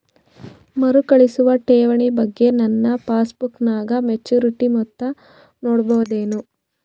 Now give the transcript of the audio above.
ಮರುಕಳಿಸುವ ಠೇವಣಿ ಬಗ್ಗೆ ನನ್ನ ಪಾಸ್ಬುಕ್ ನಾಗ ಮೆಚ್ಯೂರಿಟಿ ಮೊತ್ತ ನೋಡಬಹುದೆನು?